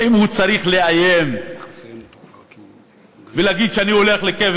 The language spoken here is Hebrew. האם הוא צריך לאיים ולהגיד שהוא הולך לקבר